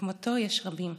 כמותו יש רבים.